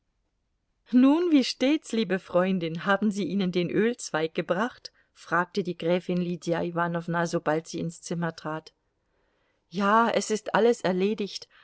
nun wie steht's liebe freundin haben sie ihnen den ölzweig gebracht fragte die gräfin lydia iwanowna sobald sie ins zimmer trat ja es ist alles erledigt